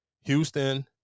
houston